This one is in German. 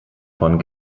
von